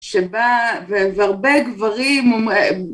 שבה והרבה גברים